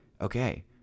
Okay